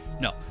No